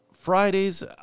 Fridays